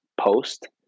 post